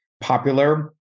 popular